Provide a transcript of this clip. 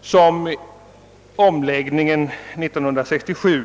som uppdrogs i samband med omläggningen år 1967.